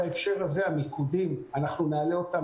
בהקשר הזה של המיקודים אנחנו נעלה אותם